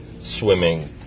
swimming